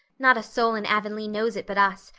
not a soul in avonlea knows it but us,